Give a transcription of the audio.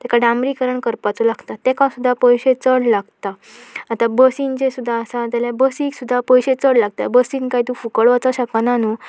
ताका डांबरीकरण करपाचो लागता ताका सुद्दा पयशे चड लागता आतां बसीन जे सुद्दा आसा जाल्यार बसीक सुद्दां पयशे चड लागता बसीन काय तूं फुकट वचोंक शकना न्हू